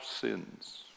sins